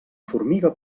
formiga